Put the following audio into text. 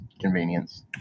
convenience